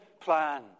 plan